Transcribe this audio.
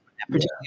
particularly